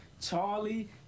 Charlie